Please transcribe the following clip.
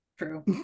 True